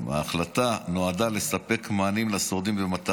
ההחלטה נועדה לספק מענים לשורדים במטרה